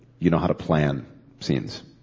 you know how to plan scenes.